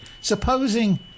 supposing